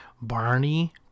Barney